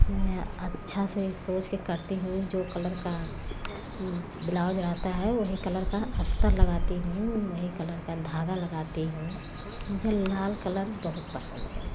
मैं अच्छा से सोचके करती हूँ जो कलर का ब्लाउज रहता है वही कलर का अस्तर लगाती हूँ वही कलर का धागा लगती हूँ मुझे लाल कलर बहुत पसंद है